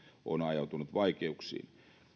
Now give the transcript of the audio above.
on ajautunut vaikeuksiin